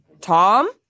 Tom